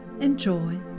enjoy